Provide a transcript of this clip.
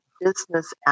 business